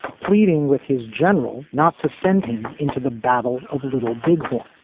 pleading with his general not to send him into the battle of little big horn.